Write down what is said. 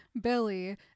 Billy